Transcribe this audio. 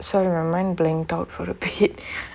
so your line blank out for a bit